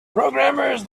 programmers